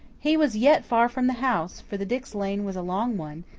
he was yet far from the house, for the dix lane was a long one,